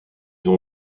ont